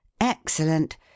Excellent